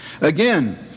Again